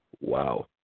Wow